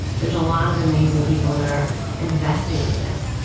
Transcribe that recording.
there's a lot of amazing people that are investing in this.